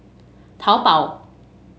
taobao